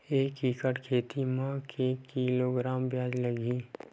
एक एकड़ खेती म के किलोग्राम प्याज लग ही?